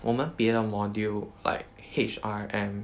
我们别的 module like H_R_M